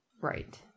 Right